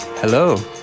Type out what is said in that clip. Hello